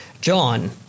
John